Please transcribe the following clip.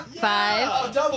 five